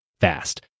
fast